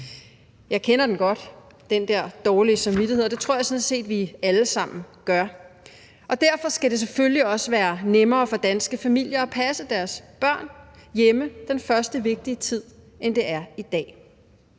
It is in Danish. Jeg kender godt den der dårlige samvittighed, og det tror jeg sådan set vi alle sammen gør, og derfor skal det selvfølgelig også være nemmere for danske familier at passe deres børn hjemme den første vigtige tid, end det er i dag.